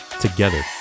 together